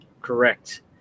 Correct